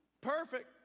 Perfect